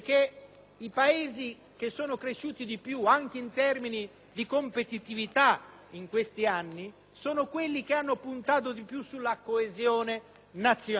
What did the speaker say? i Paesi che sono cresciuti di più, anche in termini di competitività, in questi anni sono quelli che hanno puntato di più sulla coesione nazionale.